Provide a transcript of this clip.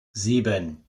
sieben